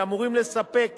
שאמורים לספק